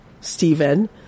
Stephen